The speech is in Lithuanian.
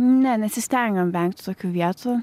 ne nesistengiam vengti tokių vietų